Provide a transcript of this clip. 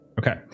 Okay